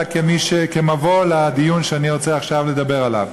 אלא כמבוא לדיון שאני רוצה עכשיו לדבר עליו.